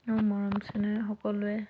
আৰু মৰম চেনেহ সকলোৱে